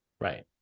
Right